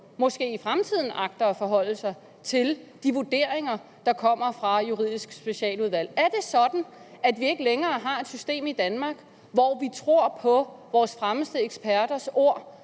måske i fremtiden agter at forholde sig til de vurderinger, der kommer fra Juridisk Specialudvalg. Er det sådan, at vi ikke længere har et system i Danmark, hvor vi tror på vores fremmeste eksperters ord,